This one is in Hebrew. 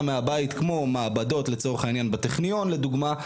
מהבית כמו מעבדות לצורך העניין בטכניון לדוגמה,